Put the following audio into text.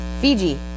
Fiji